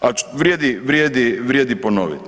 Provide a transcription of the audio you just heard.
a vrijedi, vrijedi ponovit.